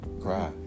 Cry